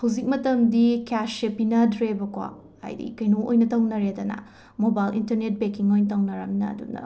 ꯍꯧꯖꯤꯛ ꯃꯇꯝꯗꯤ ꯀꯦꯁꯁꯦ ꯄꯤꯅꯗ꯭ꯔꯦꯕꯀꯣ ꯍꯥꯏꯗꯤ ꯀꯩꯅꯣ ꯑꯣꯏꯅ ꯇꯧꯅꯔꯦꯗꯅ ꯃꯣꯕꯥꯏꯜ ꯏꯟꯇꯔꯅꯦꯠ ꯕꯦꯀꯤꯡ ꯑꯣꯏꯅ ꯇꯧꯅꯔꯝꯅꯤꯅ ꯑꯗꯨꯅ